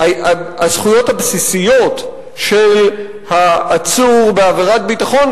הזכויות הבסיסיות של העצור בעבירת ביטחון,